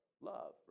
Love